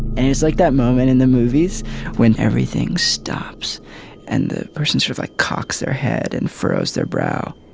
and it's like that moment in the movies when everything stops and the person says sort of i cocks their head and froze there brow